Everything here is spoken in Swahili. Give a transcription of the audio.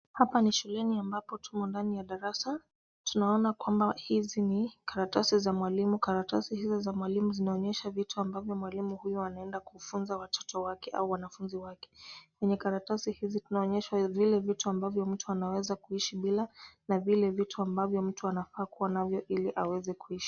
Hapa ni shuleni ambapo tuko ndani ya darasa. Tunaona kwamba hizi ni karatasi za mwalimu. Karatasi hizo za mwalimu zinaonyesha vitu ambavyo mwalimu huyu anaenda kufunza watoto wake au wanafunzi wake. Kwenye karatasi hizi tunaonyeshwa vile vitu ambavyo mtu anaweza kuishi bila na vile vitu ambavyo mtu anafaa kuwa navyo ili aweze kuishi.